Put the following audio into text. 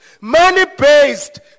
Money-based